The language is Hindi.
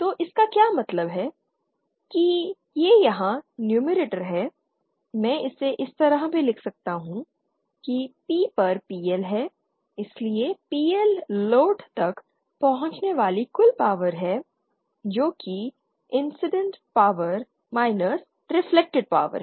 तो इसका क्या मतलब है कि यह यहां नुमेरेटर है मैं इसे इस तरह भी लिख सकता हूं कि P पर PL है इसलिए PL लोड तक पहुंचने वाली कुल पॉवर है जो कि incident power minus reflected power है